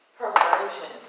perversion